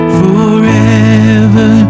forever